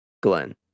Glenn